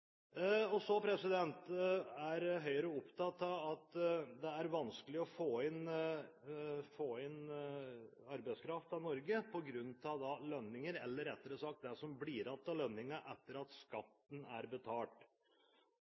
er Høyre opptatt av at det er vanskelig å få arbeidskraft til Norge på grunn av lønninger, eller, rettere sagt, det som blir igjen av lønningene etter at skatten er betalt.